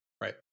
Right